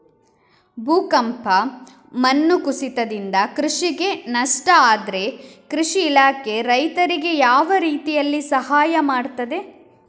ಭೂಕಂಪ, ಮಣ್ಣು ಕುಸಿತದಿಂದ ಕೃಷಿಗೆ ನಷ್ಟ ಆದ್ರೆ ಕೃಷಿ ಇಲಾಖೆ ರೈತರಿಗೆ ಯಾವ ರೀತಿಯಲ್ಲಿ ಸಹಾಯ ಮಾಡ್ತದೆ?